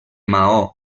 maó